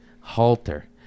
halter